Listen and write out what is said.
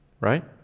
Right